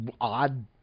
odd